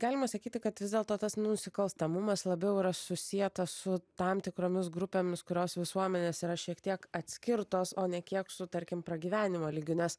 galima sakyti kad vis dėlto tas nusikalstamumas labiau yra susietas su tam tikromis grupėmis kurios visuomenės yra šiek tiek atskirtos o ne kiek su tarkim pragyvenimo lygiu nes